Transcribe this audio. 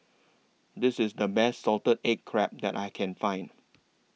This IS The Best Salted Egg Crab that I Can Find